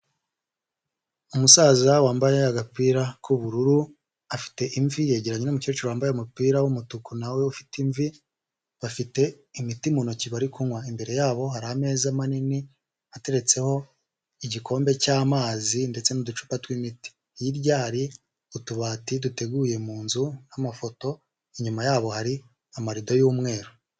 Umusaza wambaye agapira k'ubururu, afite imvi yegeranya n'umukecuru wambaye umupira w'umutuku na we ufite imvi, bafite imiti mu ntoki bari kunywa, imbere yabo hari ameza manini ateretseho igikombe cy'amazi ndetse n'uducupa tw'imiti, hiryari utubati duteguye mu nzu, nk'amafoto inyuma yabo hari amarido yumweru.